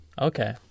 Okay